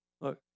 Look